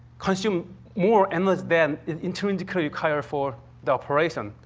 consume more energy than is intrinsically required for the operation.